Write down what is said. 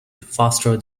faster